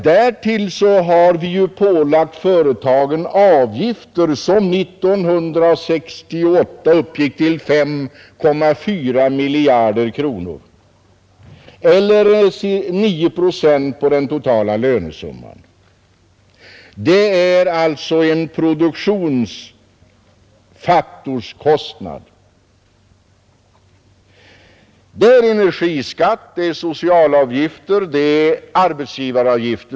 Därtill kommer att vi pålagt företagen avgifter som 1968 uppgick till 5,4 miljarder kronor eller till 9 procent av den totala lönesumman. Det är alltså en produktionsfaktorskostnad. Det är energiskatt, det är socialavgifter, det är arbetsgivaravgifter.